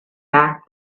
back